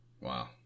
Wow